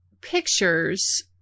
pictures